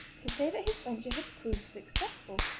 to say that his venture had proved successful,